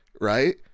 right